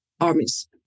armies